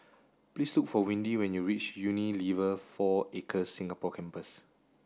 please look for Windy when you reach Unilever Four Acres Singapore Campus